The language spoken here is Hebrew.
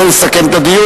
אדוני רוצה לסכם את הדיון,